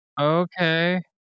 Okay